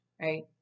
right